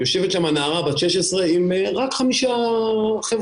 יושבת שם נערה בת 16 עם רק חמישה חבר'ה